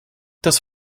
das